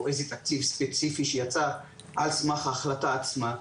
איזה תקציב ספציפי שיצא על סמך ההחלטה עצמה,